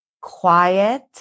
quiet